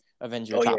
Avengers